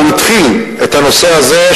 והוא התחיל את הנושא הזה,